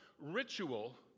ritual